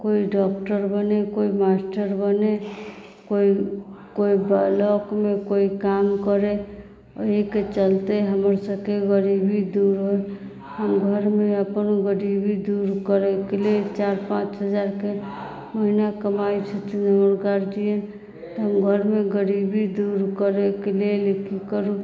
कोइ डॉक्टर बनै कोइ मास्टर बनै कोइ कोइ ब्लॉकमे कोइ काम करै एहिके चलते हमरसभके गरीबी दूर होइ हम घरमे अपन गरीबी दूर करैके लेल चारि पाँच हजारके महीना कमाइत छौ तोहर गार्जेन हम घरमे गरीबी दूर करैके लेल की करू